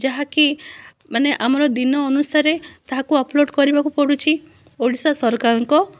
ଯାହାକି ମାନେ ଆମର ଦିନ ଅନୁସାରେ ତାହାକୁ ଅପଲୋଡ଼ କରିବାକୁ ପଡ଼ୁଛି ଓଡ଼ିଶା ସରକାରଙ୍କ